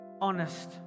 honest